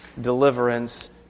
deliverance